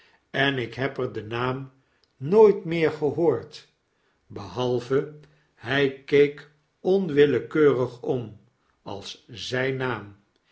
en it heb er den naam nooit meer gehoord behalve hy keek onwillekeurig om als zijn naam